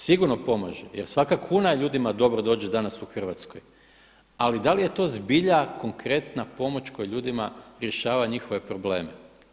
Sigurno pomaže jer svaka kuna ljudima dobro dođe danas u Hrvatskoj ali da li je to zbilja konkretna pomoć koja ljudima rješava njihove probleme?